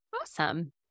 awesome